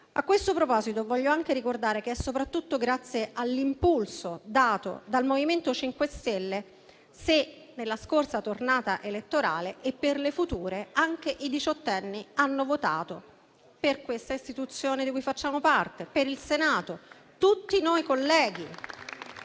A questo proposito, voglio anche ricordare che è soprattutto grazie all'impulso dato dal MoVimento 5 Stelle se nella scorsa tornata elettorale e per le future anche i diciottenni hanno votato per questa istituzione di cui facciamo parte, per il Senato. Tutti noi, colleghi,